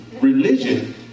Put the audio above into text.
religion